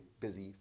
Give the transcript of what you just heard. busy